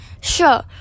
sure